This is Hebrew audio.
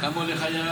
כמה עולה חייל?